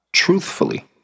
truthfully